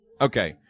Okay